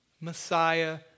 Messiah